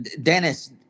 Dennis